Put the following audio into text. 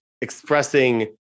expressing